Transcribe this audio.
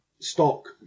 Stock